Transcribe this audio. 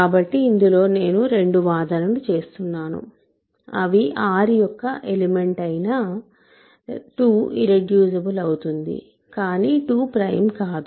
కాబట్టి ఇందులో నేను రెండు వాదనలు చేస్తున్నానుఅవి R యొక్క ఎలిమెంట్ అయిన 2 ఇర్రెడ్యూసిబుల్ అవుతుంది కానీ 2 ప్రైమ్ కాదు